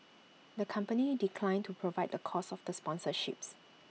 the company declined to provide the cost of the sponsorships